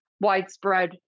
widespread